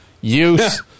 use